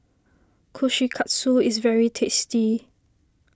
Kushikatsu is very tasty